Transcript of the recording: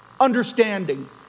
understanding